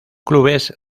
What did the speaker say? clubes